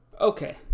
Okay